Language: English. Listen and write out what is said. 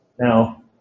Now